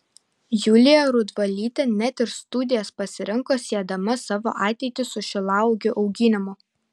julija rudvalytė net ir studijas pasirinko siedama savo ateitį su šilauogių auginimu